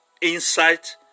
insight